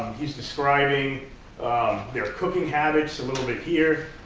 he's describing their cooking habits a little bit here.